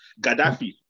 Gaddafi